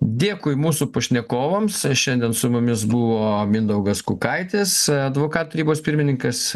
dėkui mūsų pašnekovams šiandien su mumis buvo mindaugas kukaitis advokatų tarybos pirmininkas